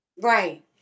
Right